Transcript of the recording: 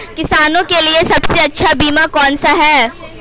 किसानों के लिए सबसे अच्छा बीमा कौन सा है?